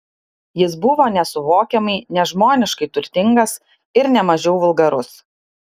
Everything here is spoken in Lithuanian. jis buvo nesuvokiamai nežmoniškai turtingas ir ne mažiau vulgarus